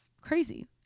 crazy